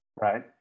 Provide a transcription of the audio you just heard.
Right